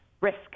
risk